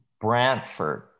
Brantford